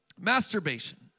masturbation